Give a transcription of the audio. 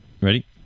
Ready